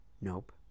Nope